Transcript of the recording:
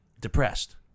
depressed